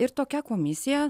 ir tokia komisija